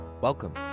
Welcome